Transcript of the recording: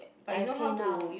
I PayNow